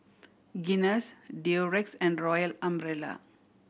Guinness Durex and Royal Umbrella